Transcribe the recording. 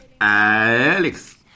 Alex